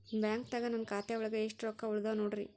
ಬ್ಯಾಂಕ್ದಾಗ ನನ್ ಖಾತೆ ಒಳಗೆ ಎಷ್ಟ್ ರೊಕ್ಕ ಉಳದಾವ ನೋಡ್ರಿ?